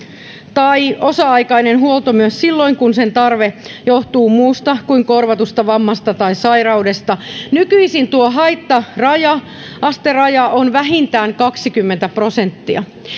tai osa aikainen huolto myös silloin kun sen tarve johtuu muusta kuin korvatusta vammasta tai sairaudesta nykyisin tuo haitta asteraja asteraja on vähintään kaksikymmentä prosenttia